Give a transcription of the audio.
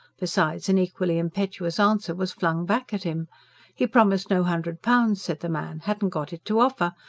besides, an equally impetuous answer was flung back at him he promised no hundred pounds, said the man hadn't got it to offer.